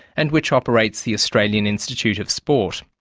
and which operates the australian institute of sport.